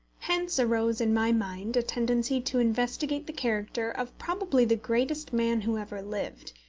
hence arose in my mind a tendency to investigate the character of probably the greatest man who ever lived,